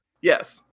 Yes